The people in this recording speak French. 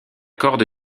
corde